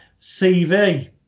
CV